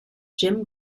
jim